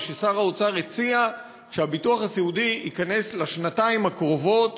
וכי שר האוצר הציע שהביטוח הסיעודי ייכנס לשנתיים הקרובות